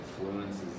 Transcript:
influences